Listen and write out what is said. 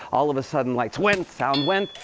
all of a sudden, lights went. sound went.